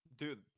Dude